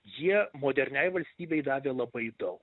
jie moderniai valstybei davė labai daug